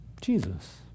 Jesus